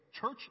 church